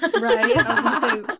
right